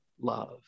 love